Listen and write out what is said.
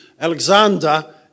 Alexander